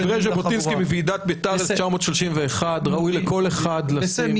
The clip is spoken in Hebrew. את דברי ז'בוטינסקי בוועידת בית"ר 1931 ראוי לכל אחד לשים בכיס מעילו.